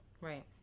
Right